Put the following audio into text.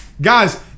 guys